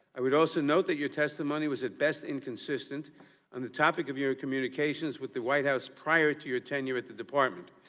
i would also note that your testimony was at best inconsistent on and the topic of your communications with the white house prior to your tenure with the department.